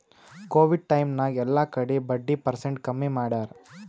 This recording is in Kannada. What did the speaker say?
ಕೋವಿಡ್ ಟೈಮ್ ನಾಗ್ ಎಲ್ಲಾ ಕಡಿ ಬಡ್ಡಿ ಪರ್ಸೆಂಟ್ ಕಮ್ಮಿ ಮಾಡ್ಯಾರ್